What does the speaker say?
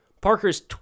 Parker's